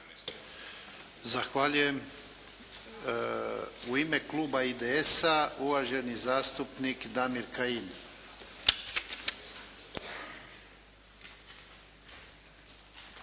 Zahvaljujem. U ime Kluba IDS-a uvaženi zastupnik Damir Kajin.